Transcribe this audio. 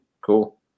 cool